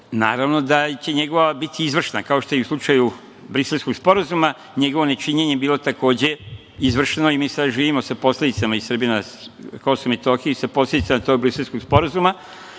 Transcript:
Naravno da će njegova biti izvršna, kao što je i u slučaju Briselskog sporazuma, njegovo nečinjenje je bilo takođe izvršno i mi sada živimo sa posledicama i Srbi na KiM, sa posledicama tog Briselskog sporazuma,